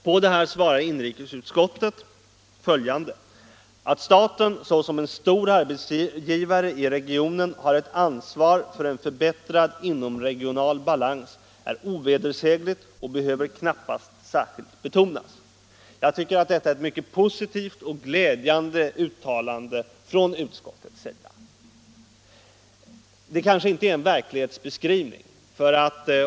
Om detta säger nu inrikesutskottet följande: ”Att staten såsom en stor arbetsgivare i regionen har ett ansvar för en förbättrad inomregional balans är ovedersägligt och behöver knappast särskilt betonas.” Jag tycker att detta är ett mycket positivt och glädjande uttalande av utskottet, även om det kanske inte är någon verklighetsskrivning.